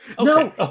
No